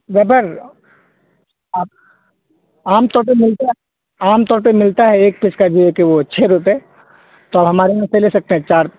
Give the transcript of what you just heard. rubber آپ عام طور پر ملتے ہیں عام طور پر ملتا ہے ایک پیج کا جو ہے کہ وہ چھ روپے تو ہمارے یہاں سے لے سکتے ہیں چار